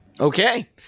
Okay